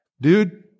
dude